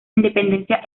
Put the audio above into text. independencia